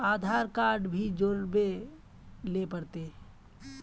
आधार card भी जोरबे ले पड़ते?